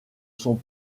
sont